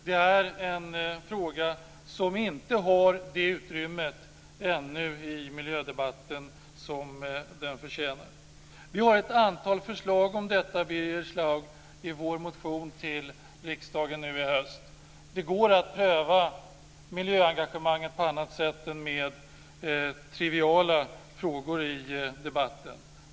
Det är en fråga som inte har det utrymme ännu i miljödebatten som den förtjänar. Vi har ett antal förslag om detta, Birger Schlaug, i vår motion till riksdagen nu i höst. Det går att pröva miljöengagemanget på annat sätt än med triviala frågor i debatten.